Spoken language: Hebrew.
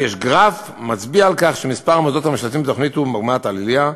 יש גרף המצביע על כך שמספר המוסדות הממשלתיים בתוכנית הוא במגמת עלייה,